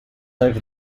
over